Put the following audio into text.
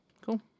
Cool